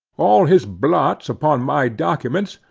all his blots upon my documents,